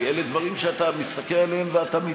כי אלה דברים שאתה מסתכל עליהם ואתה מתפלא.